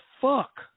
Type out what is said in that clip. fuck